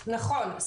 נכון,